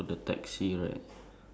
ya the difference